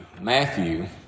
Matthew